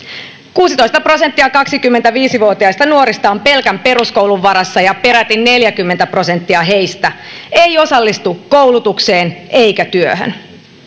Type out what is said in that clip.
kuusitoista prosenttia kaksikymmentäviisi vuotiaista nuorista on pelkän peruskoulun varassa ja peräti neljäkymmentä prosenttia heistä ei osallistu koulutukseen eikä työhön